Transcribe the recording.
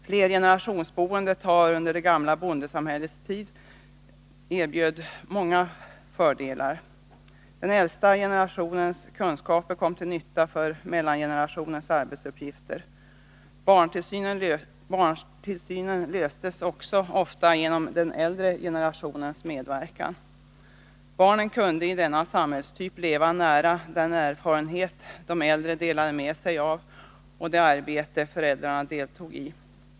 Flergenerationsboendet under det gamla bondesamhällets tid erbjöd många fördelar. Den äldsta generationens kunskaper kom till nytta för mellangenerationens arbetsuppgifter. Barntillsynen löstes också ofta genom den äldre generationens medverkan. Barnen kunde i denna samhällstyp leva nära den erfarenhet de äldre delade med sig av och det arbete föräldrarna deltog i.